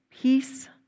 peace